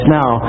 now